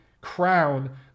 crown